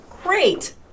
Great